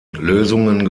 lösungen